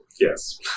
Yes